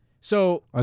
So-